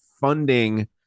funding